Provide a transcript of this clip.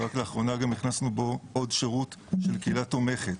שרק לאחרונה הכנסנו בו עוד שירות של קהילה תומכת.